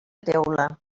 teula